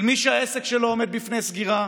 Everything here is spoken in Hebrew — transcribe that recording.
של מי שהעסק שלו עומד בפני סגירה,